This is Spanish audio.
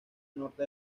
norte